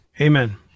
Amen